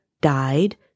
died